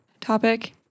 topic